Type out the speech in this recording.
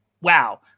wow